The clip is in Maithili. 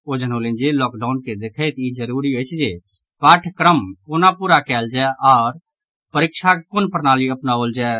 ओ जनौलनि जे लॉकडाउन के देखैत ई जरूरी अछि जे पाठ्यक्रम कोना पूरा कयल जाय आओर परीक्षाक कोन प्रणाली अपनाओल जाय